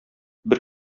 бер